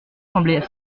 semblait